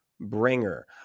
bringer